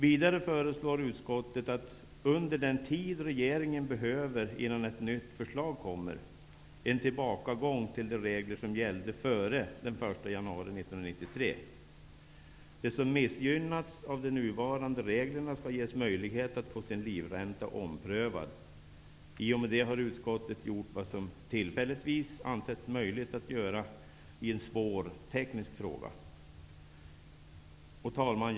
Vidare föreslår utskottet -- under den tid som regeringen behöver innan ett nytt förslag kommer -- en tillbakagång till de regler som gällde före den 1 januari 1993. De som har missgynnats av de nuvarande reglerna skall ges möjlighet att få sin livränta omprövad. I och med det har utskottet gjort vad som tillfälligtvis har ansetts möjligt i en svår teknisk fråga. Herr talman!